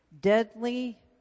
deadly